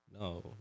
No